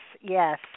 yes